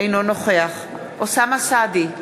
אינו נוכח אוסאמה סעדי,